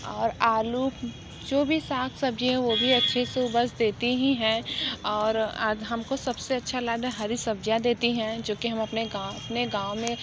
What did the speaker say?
और आलू जो भी साग सब्ज़ी है वो भी अच्छे से वो बस देते ही हैं और आद हमको सबसे अच्छा लाना हरी सब्ज़ियाँ देती हैं जो कि हम अपने गाँव अपने गाँव में